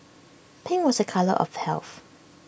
pink was A colour of health